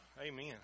Amen